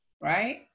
right